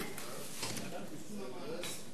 ועדה לחיסול המאהלים.